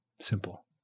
simple